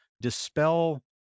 dispel